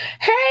Hey